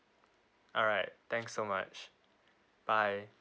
alright thank so much bye